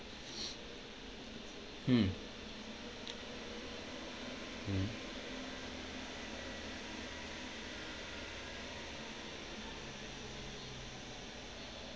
mm mm